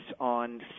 on